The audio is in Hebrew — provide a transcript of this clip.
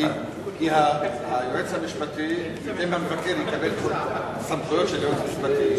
כי אם המבקר יקבל את הסמכויות של יועץ משפטי,